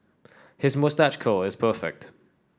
his moustache curl is perfect